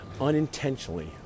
unintentionally